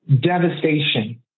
devastation